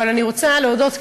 אני רוצה להודות,